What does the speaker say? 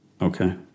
Okay